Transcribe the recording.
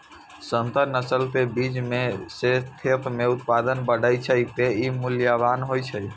संकर नस्ल के बीज सं खेत मे उत्पादन बढ़ै छै, तें ई मूल्यवान होइ छै